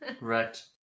right